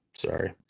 Sorry